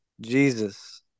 Jesus